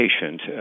patient